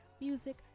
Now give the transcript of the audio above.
music